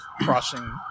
crossing